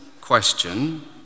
question